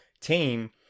team